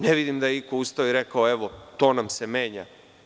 Ne vidim da je iko ustao i rekao – evo, to nam se menja.